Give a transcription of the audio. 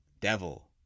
Devil